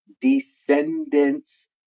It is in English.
descendants